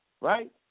right